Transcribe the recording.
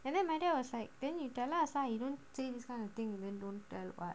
and then my dad was like then you tell us lah you don't say this kind of things then don't tell [what]